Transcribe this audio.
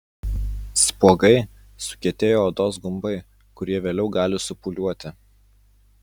spuogai sukietėję odos gumbai kurie vėliau gali supūliuoti